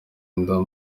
inda